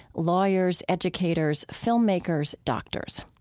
lawyers, educators, filmmakers, doctors.